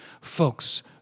Folks